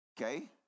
Okay